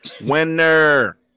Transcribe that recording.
winner